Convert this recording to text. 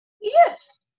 Yes